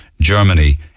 Germany